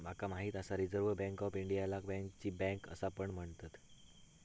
माका माहित आसा रिझर्व्ह बँक ऑफ इंडियाला बँकांची बँक असा पण म्हणतत